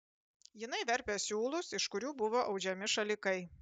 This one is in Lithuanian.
jinai verpė siūlus iš kurių buvo audžiami šalikai